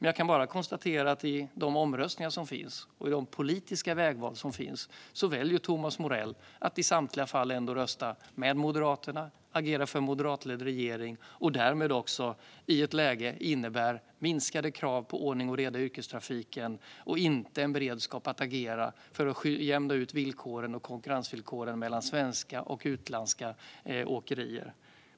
Jag kan bara konstatera att i omröstningar och i politiska vägval väljer Thomas Morell att i samtliga fall ändå rösta med Moderaterna, agera för en moderatledd regering, och det innebär därmed minskade krav på ordning och reda i yrkestrafiken och inte en beredskap att agera för att jämna ut konkurrensvillkoren mellan svenska och utländska åkerier.